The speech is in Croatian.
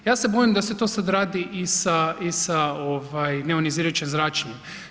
Ja se bojim da se to radi i sa neionizirajućim zračenjem.